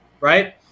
right